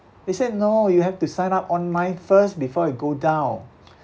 they said no you have to sign up online first before you go down